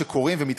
שקורים ומתקדמים.